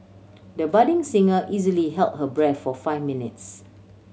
the budding singer easily held her breath for five minutes